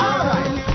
Alright